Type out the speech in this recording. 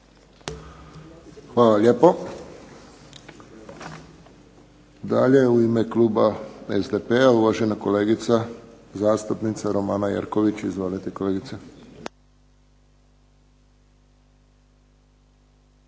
Hvala lijepo. Dalje u ime kluba SDP-a, uvažena kolegica zastupnica Romana Jerković. Izvolite kolegice.